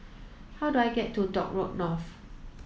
how do I get to Dock Road North